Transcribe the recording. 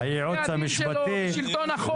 שלטון החוק.